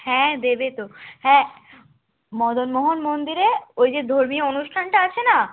হ্যাঁ দেবে তো হ্যাঁ মদনমোহন মন্দিরে ওই যে ধর্মীয় অনুষ্ঠানটা আছে না